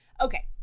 Okay